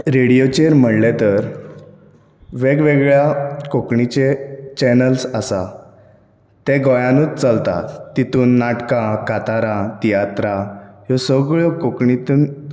रेडिओचेर म्हळें तर वेगवेगळ्या कोंकणीचे चॅनल्स आसा ते गोंयानूच चलता तेतून नाटकां कांतारां तियात्रां ह्यो सगळ्यो कोंकणीतून